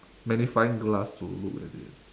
magnifying glass to look at it